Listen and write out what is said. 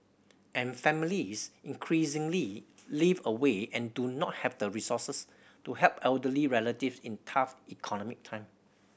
and families increasingly live away and do not have the resources to help elderly relative in tough economic time